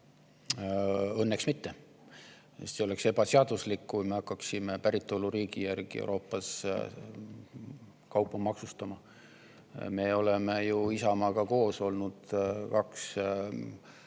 Õnneks mitte, sest see oleks ebaseaduslik, kui me hakkaksime päritoluriigi järgi Euroopas kaupa maksustama. Me oleme ju Isamaaga koos olnud kaks